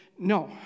No